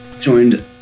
joined